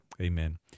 Amen